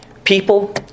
People